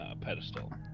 pedestal